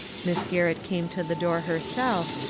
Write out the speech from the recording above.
miss garrett came to the door herself,